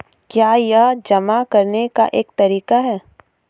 क्या यह जमा करने का एक तरीका है?